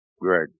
Greg